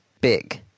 big